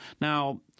Now –